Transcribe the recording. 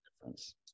difference